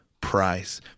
price